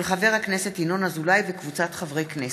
של חבר הכנסת ינון אזולאי וקבוצת חברי הכנסת.